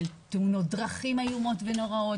של תאונות דרכים איומות ונוראות,